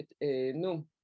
no